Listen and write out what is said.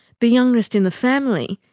the youngest in the family,